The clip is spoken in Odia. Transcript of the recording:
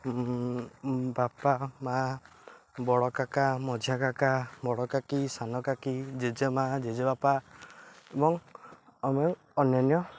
ବାପା ମା' ବଡ଼ କାକା ମଝିଆ କାକା ବଡ଼କାକି ସାନ କାକି ଜେଜେ ମାଆ ଜେଜେବାପା ଏବଂ ଆମେ ଅନ୍ୟାନ୍ୟ